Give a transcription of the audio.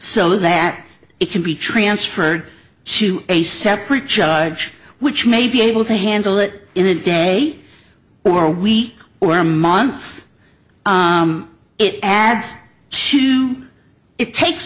so that it can be transferred to a separate judge which may be able to handle it in a day or week or month it adds it takes